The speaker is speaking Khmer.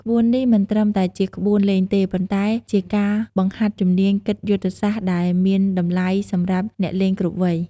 ក្បួននេះមិនត្រឹមតែជាក្បួនលេងទេ ប៉ុន្តែជាការបង្ហាត់ជំនាញគិតយុទ្ធសាស្ត្រដែលមានតម្លៃសម្រាប់អ្នកលេងគ្រប់វ័យ។